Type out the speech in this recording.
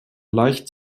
leicht